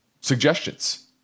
suggestions